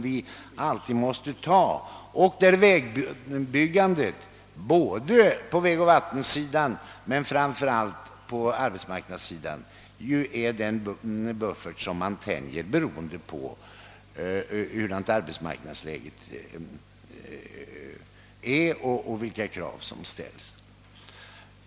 Vid dessa bedömningar är vägbyggandet ur både ekonomisk och arbetsmarknadssynpunkt en buffert som finns att tillgå och som är tänjbar efter arbetsmarknadsläget och de krav som reses.